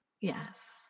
Yes